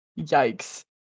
Yikes